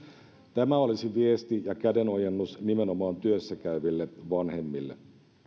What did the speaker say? tämä olisi viesti ja kädenojennus nimenomaan työssäkäyville vanhemmille